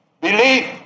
belief